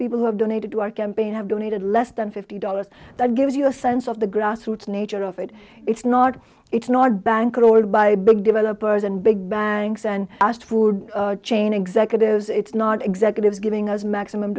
people who have donated to our campaign have donated less than fifty dollars that gives you a sense of the grassroots nature of it it's not it's not bankrolled by big developers and big banks and asked food chain executives it's not executives giving us maximum